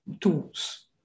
tools